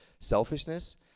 selfishness